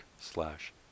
slash